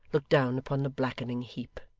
looked down upon the blackening heap.